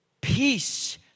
Peace